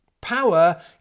Power